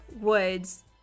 Woods